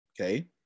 Okay